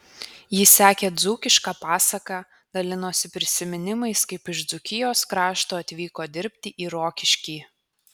ji sekė dzūkišką pasaką dalinosi prisiminimais kaip iš dzūkijos krašto atvyko dirbti į rokiškį